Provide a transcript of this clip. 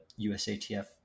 USATF